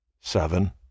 Seven